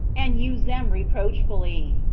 and use them reproachfully,